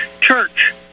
church